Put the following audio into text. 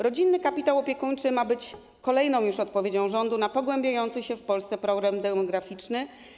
Rodzinny kapitał opiekuńczy ma być kolejną już odpowiedzią rządu na pogłębiający się w Polsce problem demograficzny.